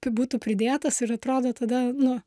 kai būtų pridėtas ir atrodo tada nu